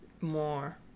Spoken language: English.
more